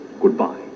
Goodbye